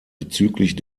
bezüglich